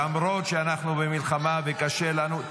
למרות שאנחנו במלחמה וקשה לנו.